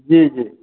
जी जी